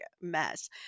mess